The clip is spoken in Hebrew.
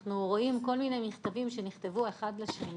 אנחנו רואים כל מיני מכתבים שנכתבו אחד לשני